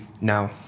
now